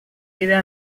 vida